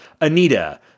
Anita